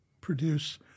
produce